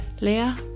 Leah